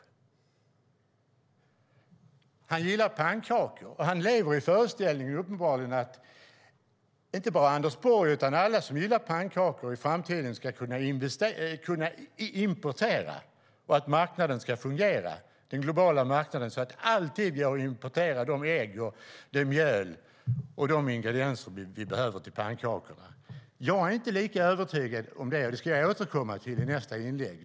Anders Borg gillar pannkakor, och han lever uppenbarligen i föreställningen att inte bara han utan alla som gillar pannkakor i framtiden ska kunna importera och att den globala marknaden ska fungera så att det alltid går att importera de ägg, det mjöl och de andra ingredienser som behövs till pannkakorna. Jag är inte lika övertygad om det, och det ska jag återkomma till i nästa inlägg.